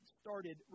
started